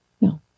no